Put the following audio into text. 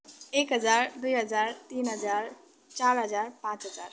एक हजार दुई हजार तिन हजार चार हजार पाँच हजार